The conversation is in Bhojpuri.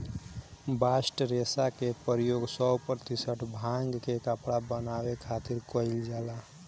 बास्ट रेशा के प्रयोग सौ प्रतिशत भांग के कपड़ा बनावे खातिर कईल जाला